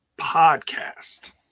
Podcast